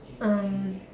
um